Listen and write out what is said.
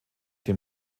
dem